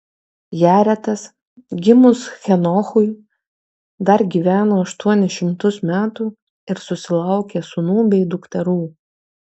jaretas gimus henochui dar gyveno aštuonis šimtus metų ir susilaukė sūnų bei dukterų